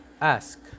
Ask